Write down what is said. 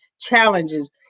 challenges